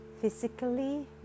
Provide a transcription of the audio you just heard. physically